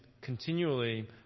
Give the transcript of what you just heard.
continually